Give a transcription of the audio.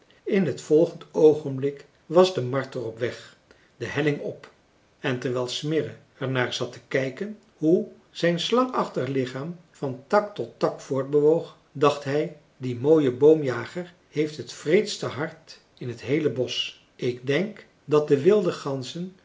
in t volgend oogenblik was de marter op weg de helling op en terwijl smirre er naar zat te kijken hoe hij zijn slangachtig lichaam van tak tot tak voortbewoog dacht hij die mooie boomjager heeft het wreedste hart in t heele bosch ik denk dat de wilde ganzen